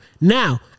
Now